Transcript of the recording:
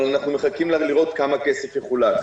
אבל אנחנו מחכים לראות כמה כסף יחולק.